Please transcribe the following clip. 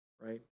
right